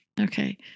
Okay